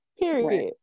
Period